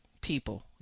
people